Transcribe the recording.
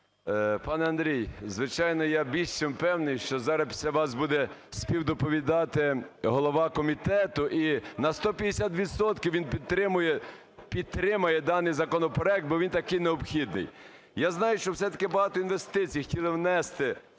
Пане Андрій, звичайно, я більше чим впевнений, що зараз після вас буде співдоповідати голова комітету, і на 150 відсотків він підтримує, підтримає даний законопроект, бо він таки необхідний. Я знаю, що все-таки багато інвестицій хотіли внести